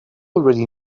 already